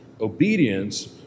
obedience